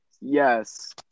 Yes